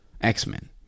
X-Men